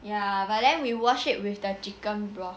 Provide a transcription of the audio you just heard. ya but then we wash it with the chicken broth